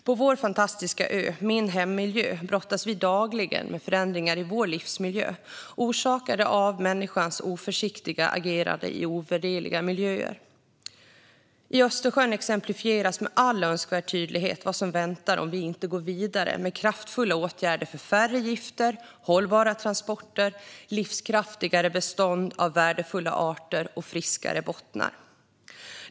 På vår fantastiska ö, min hemmiljö, brottas vi dagligen med förändringar i vår livsmiljö, orsakade av människans oförsiktiga agerande i ovärderliga miljöer. I Östersjön exemplifieras med all önskvärd tydlighet vad som väntar om vi inte går vidare med kraftfulla åtgärder för färre gifter, hållbara transporter, livskraftigare bestånd av värdefulla arter och friskare bottnar.